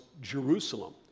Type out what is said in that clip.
Jerusalem